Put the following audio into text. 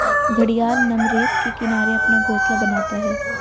घड़ियाल नम रेत के किनारे अपना घोंसला बनाता है